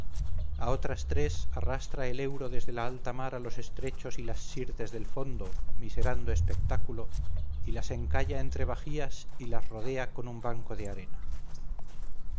a otras tres arrastra el euro desde la alta mar a los estrechos y las sirtes del fondo miserando espectáculo y las encalla entre bajíos y las rodea con un banco de arena